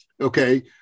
Okay